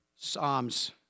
Psalms